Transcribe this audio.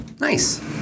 Nice